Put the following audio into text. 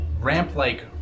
ramp-like